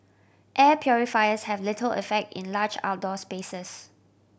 air purifiers have little effect in large outdoor spaces